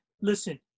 listen